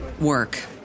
work